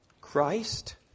Christ